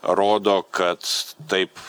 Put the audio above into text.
rodo kad taip